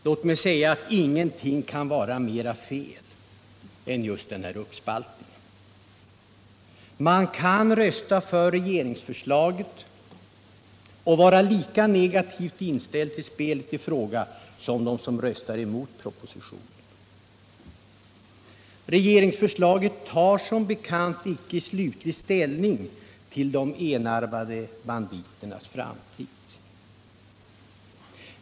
Låt mig säga att ingenting kan vara mera felaktigt än den här uppspaltningen. Man kan rösta för regeringsförslaget och vara lika negativt inställd till spelet i fråga som de som röstar emot propositionen. Regeringsförslaget tar som bekant icke slutlig ställning till de enarmade banditernas framtid.